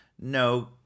No